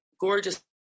gorgeous